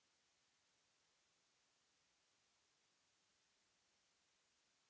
Merci,